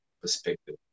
perspective